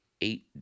eight